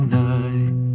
night